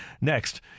next